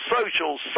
social